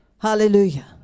Hallelujah